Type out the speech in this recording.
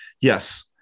yes